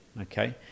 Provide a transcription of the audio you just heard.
Okay